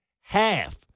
half